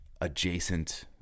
adjacent